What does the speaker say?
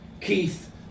Keith